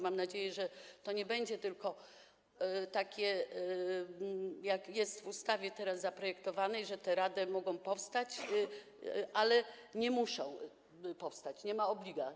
Mam nadzieję, że to nie będzie tylko takie, jak jest teraz w ustawie zaprojektowane, że te rady mogą powstać, ale nie muszą powstać, nie ma obliga.